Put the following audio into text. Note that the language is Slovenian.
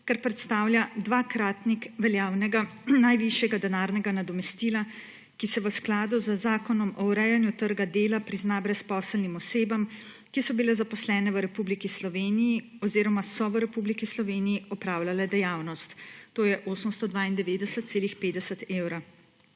kar predstavlja dvakratnik veljavnega najvišjega denarnega nadomestila, ki se v skladu z Zakonom o urejanju trga dela prizna brezposelnim osebam, ki so bile zaposlene v Republiki Sloveniji oziroma so v Republiki Sloveniji opravljale dejavnost, to je 892,50 evra.